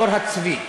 עור הצבי.